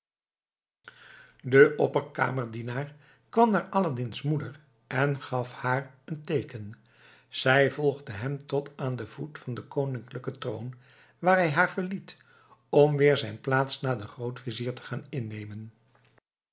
de opperkamerdienaar kwam naar aladdin's moeder en gaf haar een teeken zij volgde hem tot aan den voet van den koninklijken troon waar hij haar verliet om weer zijn plaats naast den grootvizier te gaan innemen